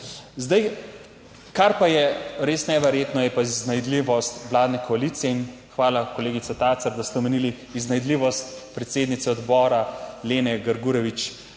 Zdaj, kar pa je res neverjetno, je pa iznajdljivost vladne koalicije in hvala, kolegica Tacer, da ste omenili iznajdljivost predsednice odbora, Lene Grgurevič.